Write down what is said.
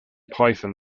python